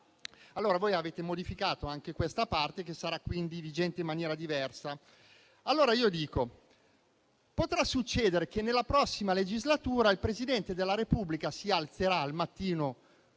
Voi avete modificato anche questa parte, che sarà quindi vigente in maniera diversa. Potrà succedere che nella prossima legislatura il Presidente della Repubblica si alzerà al mattino,